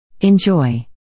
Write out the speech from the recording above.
Enjoy